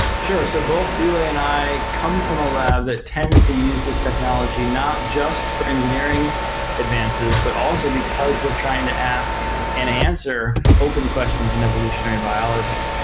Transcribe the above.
sure. so both dule and i come from a lab that tends to use this technology not just for engineering advances, but also because we're trying to ask an answer, open questions in evolutionary biology.